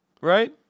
right